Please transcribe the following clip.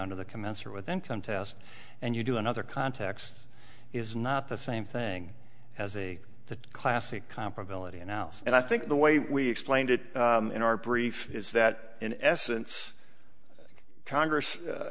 under the commensurate with the income test and you do another context is not the same thing as a classic comparability analysis and i think the way we explained it in our brief is that in essence congress